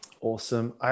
Awesome